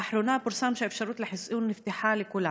לאחרונה פורסם שהאפשרות לחיסון נפתחה לכולם.